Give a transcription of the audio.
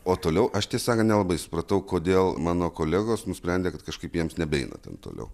o toliau aš tai sakant nelabai supratau kodėl mano kolegos nusprendė kad kažkaip jiems nebeina ten toliau